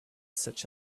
such